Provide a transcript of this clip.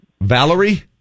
Valerie